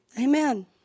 Amen